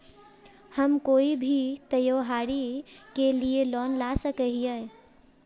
हम कोई भी त्योहारी के लिए लोन ला सके हिये?